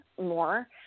more